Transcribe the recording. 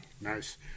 Nice